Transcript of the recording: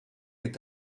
est